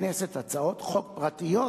הצעות חוק פרטיות